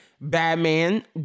Batman